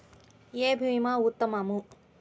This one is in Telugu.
ఏ భీమా ఉత్తమము?